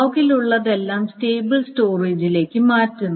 ലോഗിലുള്ളതെല്ലാം stable സ്റ്റോറേജിലേക്ക് മാറ്റുന്നു